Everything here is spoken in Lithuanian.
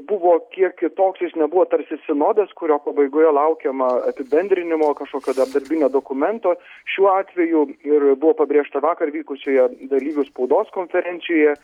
buvo kiek kitoks jis nebuvo tarsi sinodas kurio pabaigoje laukiama apibendrinimo kažkokio dar darbinio dokumento šiuo atveju ir buvo pabrėžta vakar vykusioje dalyvių spaudos konferencija